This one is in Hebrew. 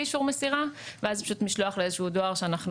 אישור מסירה ואז פשוט משלוח לאיזשהו דואר שאנחנו